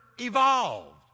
evolved